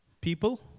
people